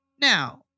Now